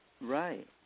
Right